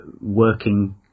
working